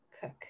Cook